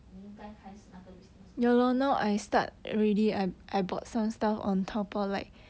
你应该开始那个 business not because